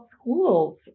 schools